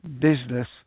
business